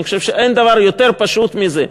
אני חושב שאין דבר יותר פשוט מזה,